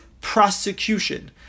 prosecution